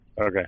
Okay